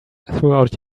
throughout